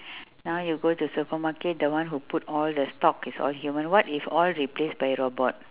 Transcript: now you go to supermarket the one who put all the stock is all human what if all replace by robot